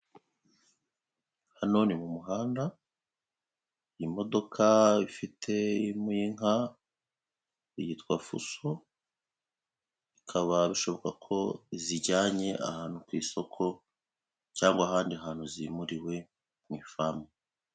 Hano ni mu muhanda, imodoka ifite inka, yitwa fuso, bikaba bishoboka ko izijyanye ahantu ku isoko, cyangwa ahandi hantu zimuriwe, mu ifamu.